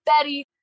Betty